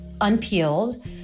unpeeled